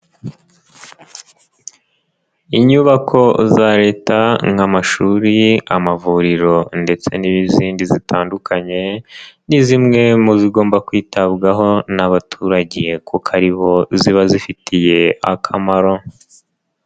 Inyubako za leta nk'amashuri, amavuriro ndetse n'izindi zitandukanye, ni zimwe mu zigomba kwitabwaho n'abaturage kuko aribo ziba zifitiye akamaro.